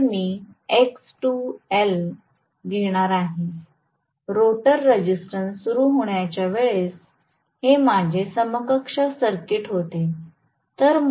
आणि मी x 2 L घेणार आहे रोटर रेझिस्टन्स सुरू होण्याच्या वेळेस हे माझे समकक्ष सर्किट होते